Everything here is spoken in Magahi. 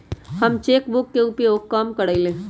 हम चेक बुक के उपयोग कम करइले